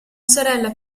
sorella